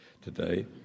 today